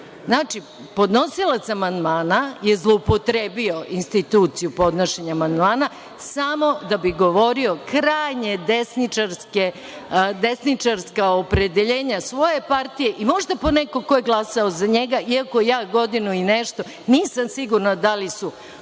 ima. Podnosilac amandmana je zloupotrebio instituciju podnošenja amandmana samo da bi govorio krajnje desničarska opredeljenja svoje partije i možda po nekog ko je glasao za njega, iako ja, godinu i nešto, nisam sigurna dali su prešli